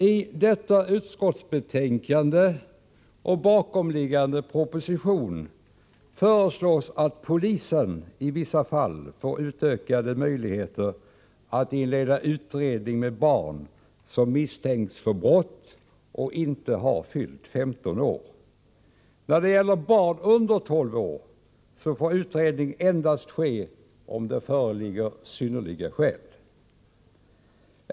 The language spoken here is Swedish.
I detta utskottsbetänkande och i bakomliggande proposition föreslås att polisen i vissa fall får utökade möjligheter att inleda utredning beträffande barn som misstänks för brott och ej har fyllt 15 år. När det gäller barn under 12 år får utredning ske endast om det föreligger synnerliga skäl.